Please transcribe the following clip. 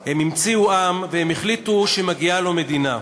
הם המציאו עם והם החליטו שמגיעה לו מדינה.